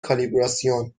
کالیبراسیون